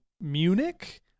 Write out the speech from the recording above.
Munich